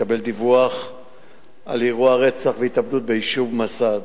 התקבל דיווח על אירוע רצח והתאבדות ביישוב מסד.